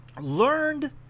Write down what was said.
learned